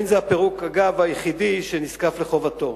אגב, אין זה הפירוק היחידי שנזקף לחובתו.